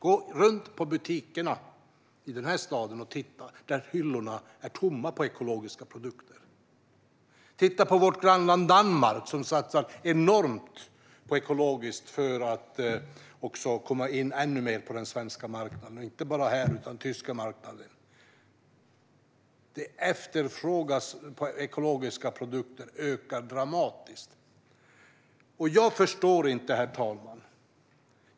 Gå runt i butikerna i den här staden och titta! Hyllorna är tomma på ekologiska produkter. Titta på vårt grannland Danmark! Man satsar enormt på ekologiskt, för att ta ännu större del av den svenska marknaden, och den tyska marknaden. Efterfrågan på ekologiska produkter ökar dramatiskt. Herr talman!